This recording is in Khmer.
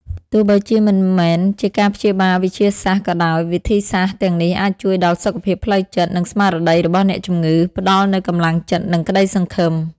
ទោះបីជាមិនមែនជាការព្យាបាលវិទ្យាសាស្ត្រក៏ដោយ វិធីសាស្រ្តទាំងនេះអាចជួយដល់សុខភាពផ្លូវចិត្ត និងស្មារតីរបស់អ្នកជំងឺ ផ្ដល់នូវកម្លាំងចិត្ត និងក្តីសង្ឃឹម។